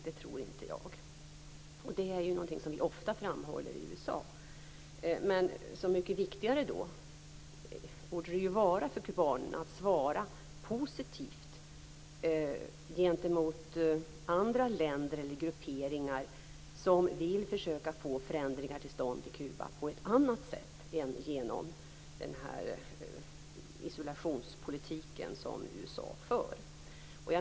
Det är någonting som vi ofta framhåller när det gäller USA. Så mycket viktigare borde det vara för kubanerna att svara positivt gentemot andra länder eller grupperingar som vill försöka få förändringar till stånd i Kuba på ett annat sätt än genom den isolationspolitik som USA för.